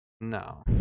no